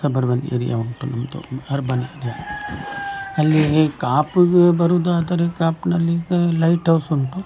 area ಉಂಟು ನಮ್ಮದು urban area ಅಲ್ಲಿಗೆ ಕಾಪುಗೆ ಬರೋದಂತ ಹೇಳಿದ್ರೆ ಕಾಪುನಲ್ಲಿ ಈಗ ಲೈಟ್ ಔಸ್ ಉಂಟು